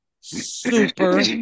super